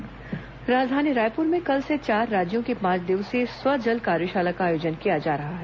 कार्यशाला राजधानी रायपुर में कल से चार राज्यों की पांच दिवसीय स्व जल कार्यशाला का आयोजन किया जा रहा है